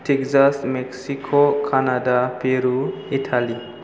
Texas Mexico Canada Peru Italy